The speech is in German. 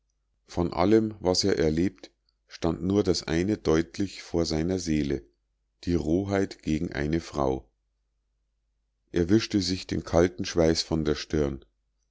von allem was er erlebt stand nur das eine deutlich vor seiner seele die roheit gegen eine frau er wischte sich den kalten schweiß von der stirn